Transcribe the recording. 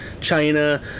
China